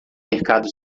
mercado